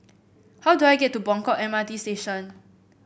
how do I get to Buangkok M R T Station